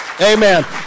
Amen